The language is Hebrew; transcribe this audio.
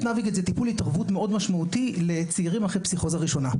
טיפול התערבות מאוד משמעותי לצעירים אחרי פסיכוזה ראשונה.